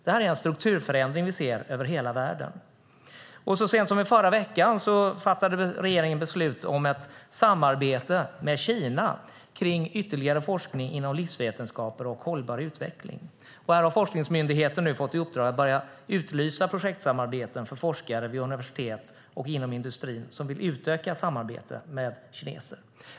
Det här är en strukturförändring vi ser över hela världen. Så sent som i förra veckan fattade regeringen beslut om ett samarbete med Kina kring ytterligare forskning inom livsvetenskaper och hållbar utveckling. Här har forskningsmyndigheter nu fått i uppdrag att börja utlysa projektsamarbeten för forskare vid universitet och inom industrin som vill utöka samarbetet med kineserna.